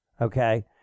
Okay